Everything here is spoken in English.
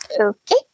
Okay